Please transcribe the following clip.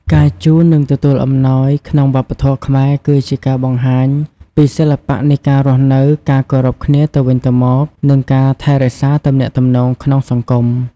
ការជូន និងទទួលអំណោយក្នុងវប្បធម៌ខ្មែរគឺជាការបង្ហាញពី សិល្បៈនៃការរស់នៅ ការគោរពគ្នាទៅវិញទៅមក និងការថែរក្សាទំនាក់ទំនងក្នុងសង្គម។